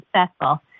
successful